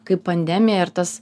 kaip pandemija ir tas